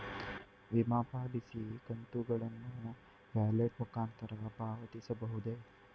ವಿಮಾ ಪಾಲಿಸಿ ಕಂತುಗಳನ್ನು ವ್ಯಾಲೆಟ್ ಮುಖಾಂತರ ಪಾವತಿಸಬಹುದೇ?